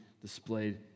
displayed